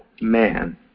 man